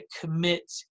commit